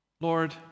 Lord